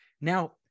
Now